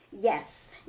Yes